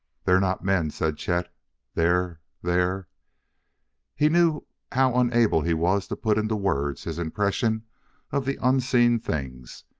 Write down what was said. they're not men, said chet they're they're he knew how unable he was to put into words his impression of the unseen things,